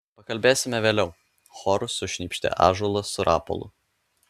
pakalbėsime vėliau choru sušnypštė ąžuolas su rapolu